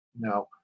Now